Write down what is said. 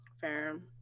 fair